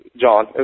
John